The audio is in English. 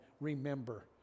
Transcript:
remember